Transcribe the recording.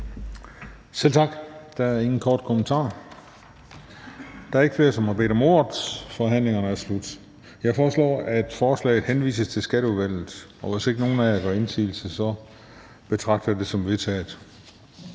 Selv tak. Der er ingen korte bemærkninger. Der er ikke flere, der har bedt om ordet, så forhandlingen er sluttet. Jeg foreslår, at forslaget henvises til Skatteudvalget. Hvis ingen gør indsigelse, betragter jeg det som vedtaget.